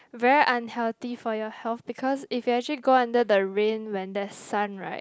very unhealthy for your health because if you actually go under the rain when there's sun right